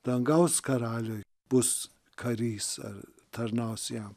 dangaus karaliui bus karys ar tarnaus jam